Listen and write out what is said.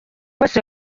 wese